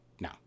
no